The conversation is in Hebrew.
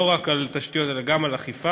לא רק לתשתיות אלא גם לאכיפה.